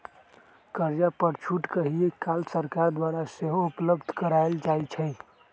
कर्जा पर छूट कहियो काल सरकार द्वारा सेहो उपलब्ध करायल जाइ छइ